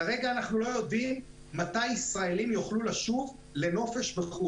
כרגע אנחנו לא יודעים מתי ישראלים יוכלו לשוב לנופש בחו"ל.